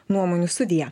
nuomonių studija